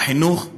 בחינוך,